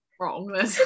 wrong